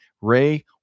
Ray